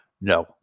No